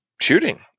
shooting